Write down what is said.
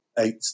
eight